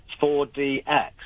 4DX